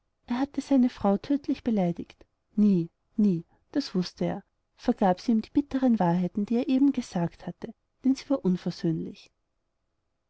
er hatte seine frau tödlich beleidigt nie nie das wußte er vergab sie ihm die bitteren wahrheiten die er ihr eben gesagt hatte denn sie war unversöhnlich